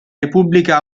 repubblica